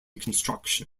construction